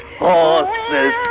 horses